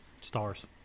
Stars